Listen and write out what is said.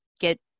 get